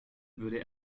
würde